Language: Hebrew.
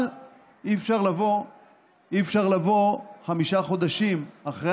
אבל אי-אפשר לבוא חמישה חודשים אחרי